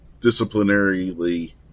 disciplinarily